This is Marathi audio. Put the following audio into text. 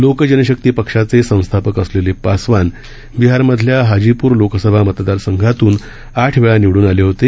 लोक जनशक्ती पक्षाचे संस्थापक असलेले पासवान बिहारमधल्या हाजीपूर लोकसभा मतदार संघातून आठ वेळा निवडून आले होते